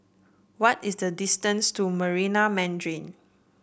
what is the distance to Marina Mandarin